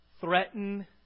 threaten